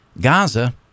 Gaza